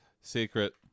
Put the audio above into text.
secret